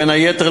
בין היתר,